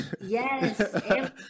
Yes